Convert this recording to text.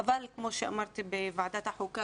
אבל כמו שאמרתי בוועדת החוקה,